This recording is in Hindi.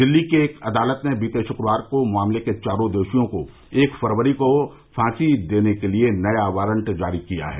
दिल्ली की एक अदालत ने बीते शुक्रवार को मामले के चारों दोषियों को एक फरवरी को फांसी देने के लिए नया वारंट जारी किया है